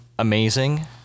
Amazing